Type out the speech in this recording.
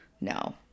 No